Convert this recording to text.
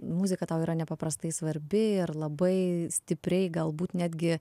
muzika tau yra nepaprastai svarbi ir labai stipriai galbūt netgi